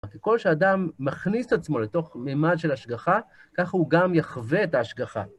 ככל שאדם מכניס את עצמו לתוך מימד של השגחה, כך הוא גם יחווה את ההשגחה.